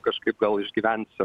kažkaip gal išgyvensiu